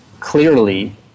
Clearly